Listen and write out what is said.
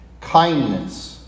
kindness